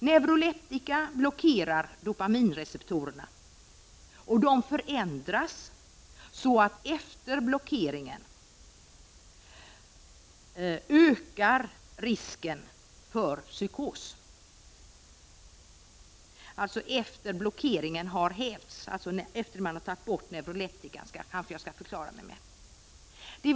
Neuroleptika blockerar dopaminreceptorerna, som förändras så att risken för psykos ökar efter det att man har slutat med neuroleptika och blockeringen har hävts.